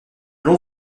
long